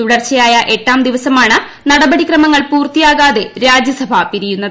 തുടർച്ചയായി എട്ടാം ദിവസമാണ് നടപടിക്രമങ്ങൾ പൂർത്തിയാക്കാതെ രാജ്യസഭ പിരിയുന്നത്